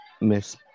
Miss